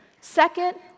Second